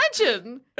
imagine